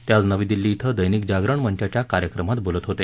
ते आज नवी दिल्ली क्विं दर्मिक जागरण मंचाच्या कार्यक्रमांत बोलत होते